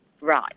Right